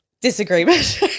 disagreement